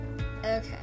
Okay